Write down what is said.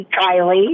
Kylie